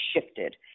shifted